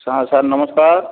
ହଁ ସାର୍ ନମସ୍କାର